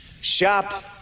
Shop